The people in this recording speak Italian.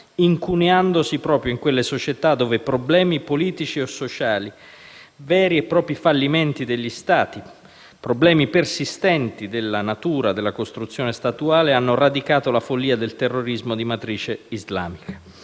incuneandosi proprio in quelle società dove problemi politici e sociali, veri e propri fallimenti degli Stati e problemi persistenti nella costruzione statuale hanno radicato la follia del terrorismo di matrice islamica.